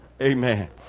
Amen